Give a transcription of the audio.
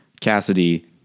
Cassidy